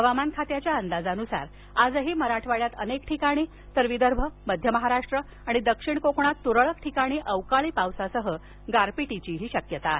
हवामान खात्याच्या अंदाजानुसार आजही मराठवाड्यात अनेक ठिकाणी तर विदर्भ मध्य महाराष्ट्र आणि दक्षिण कोकणात तुरळक ठिकाणी अवकाळी पावसासह गारपिटीची शक्यता आहे